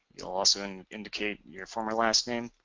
you'll also and indicate your former last name